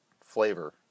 flavor